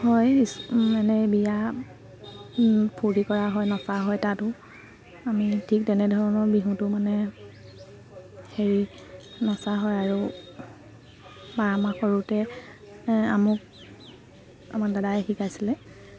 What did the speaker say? হয় ই মানে বিয়া ফূ্ত কৰা হয় নচা হয় তাতো আমি ঠিক তেনেধৰণৰ বিহুটো মানে হেৰি নচা হয় আৰু বা মা কৰোঁতে আমুক আমাৰ দাদাই শিকাইছিলে